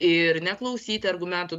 ir neklausyti argumentų